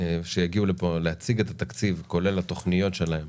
שיגיעו לפה להציג את התקציב, כולל התוכניות שלהם